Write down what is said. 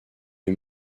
les